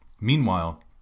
Meanwhile